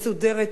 מסודרת.